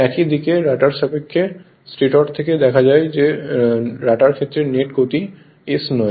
একই দিকে রটারের সাপেক্ষে স্টেটর থেকে দেখা রটার ক্ষেত্রের নেট গতি s নয়